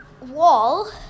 wall